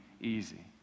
easy